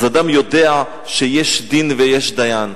אז אדם יודע שיש דין ויש דיין.